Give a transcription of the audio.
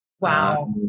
Wow